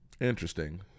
Interesting